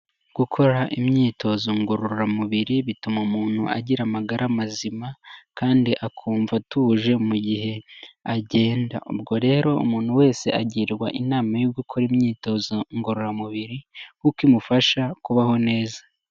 Gukora imyitozo ngororamubiri bituma umuntu agira amagara mazima kandi akumva atuje mu gihe agenda, ubwo rero umuntu wese agirwa inama yo gukora imyitozo ngororamubiri kuko imufasha kubaho neza.